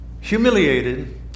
humiliated